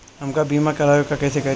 हमका बीमा करावे के बा कईसे करी?